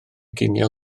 ginio